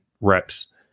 reps